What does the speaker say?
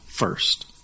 first